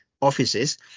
offices